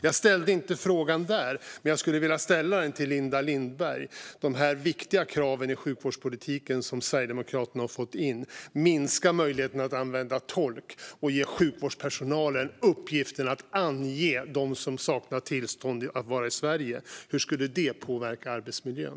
Jag ställde inte frågan där, men jag skulle vilja ställa den till Linda Lindberg. De viktiga kraven som Sverigedemokraterna har fått in i sjukvårdspolitiken minskar möjligheten att använda tolk och ger sjukvårdspersonalen i uppgift att ange dem som saknar tillstånd att vara i Sverige. Hur skulle det påverka arbetsmiljön?